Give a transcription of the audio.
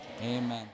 Amen